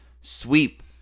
sweep